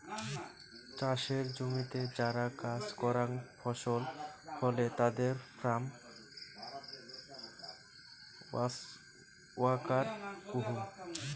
চাসের জমিতে যারা কাজ করাং ফসল ফলে তাদের ফার্ম ওয়ার্কার কুহ